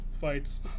fights